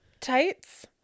tights